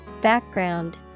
Background